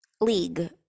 league